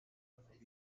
alphabet